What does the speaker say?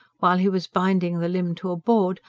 while he was binding the limb to a board,